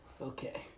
Okay